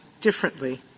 differently